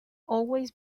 always